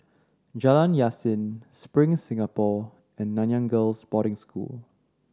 Jalan Yasin Spring Singapore and Nanyang Girls' Boarding School